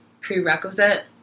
prerequisite